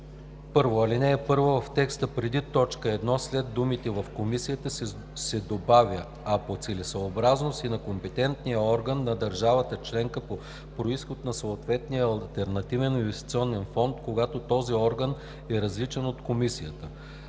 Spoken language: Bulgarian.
1. В ал. 1, в текста преди т. 1 след думите „в комисията“ се добавя „а по целесъобразност и на компетентния орган на държавата членка по произход на съответния алтернативен инвестиционен фонд, когато този орган е различен от комисията“.